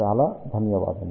చాలా ధన్యవాదములు